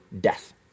death